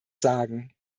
sagen